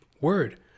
word